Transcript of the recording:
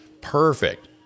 Perfect